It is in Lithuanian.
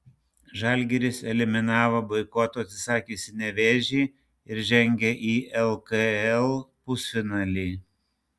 žalgiris eliminavo boikoto atsisakiusį nevėžį ir žengė į lkl pusfinalį